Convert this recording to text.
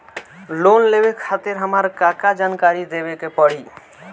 Loan लेवे खातिर हमार का का जानकारी देवे के पड़ी?